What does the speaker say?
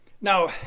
Now